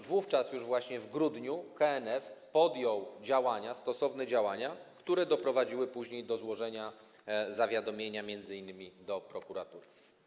Wówczas już właśnie w grudniu KNF podjął działania, stosowne działania, które doprowadziły później do złożenia zawiadomienia, m.in. do prokuratury.